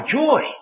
joy